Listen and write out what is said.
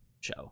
show